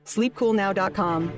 SleepCoolNow.com